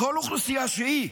כל אוכלוסייה שהיא,